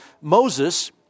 Moses